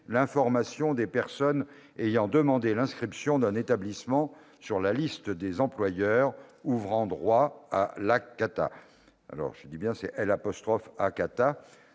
l'information des personnes ayant demandé l'inscription d'un établissement sur la liste des employeurs ouvrant droit à l'ACAATA, l'allocation de cessation